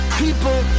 people